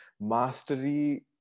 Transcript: mastery